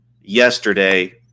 yesterday